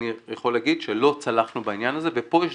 אני יכול להגיד שלא צלחנו בעניין הזה ופה יש